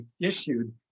issued